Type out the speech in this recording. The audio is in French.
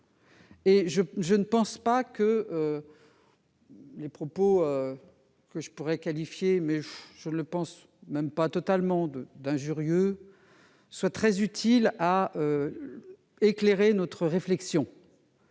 Je ne pense pas que vos propos, que je pourrais qualifier- je ne le pense pas vraiment -d'injurieux, soient très utiles pour éclairer notre réflexion.